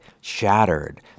shattered